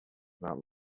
about